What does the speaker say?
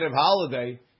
holiday